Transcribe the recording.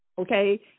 okay